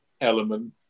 element